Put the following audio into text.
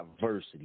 diversity